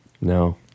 No